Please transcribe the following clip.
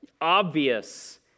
obvious